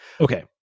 Okay